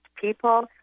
people